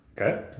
okay